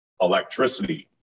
electricity